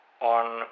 on